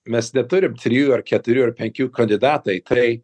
mes neturim trijų ar keturių ar penkių kandidatai tikrai